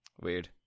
Weird